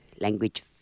language